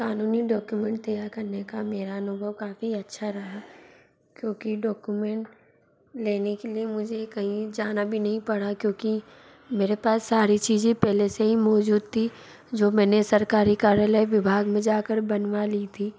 क़ानूनी डौक्यूमेंट तैयार करने का मेरा अनुभव काफ़ी अच्छा रहा क्योंकि डौकुमेंट लेने के लिए मुझे कहीं जाना भी नहीं पड़ा क्योंकि मेरे पास सारी चीज़ें पहले से ही मौजूद थी जो मैंने सरकारी कार्यालय विभाग में जा कर बनवा ली थी